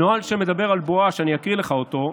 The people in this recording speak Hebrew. הנוהל שמדבר על בואש, אקריא לך אותו,